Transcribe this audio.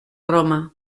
roma